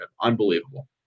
Unbelievable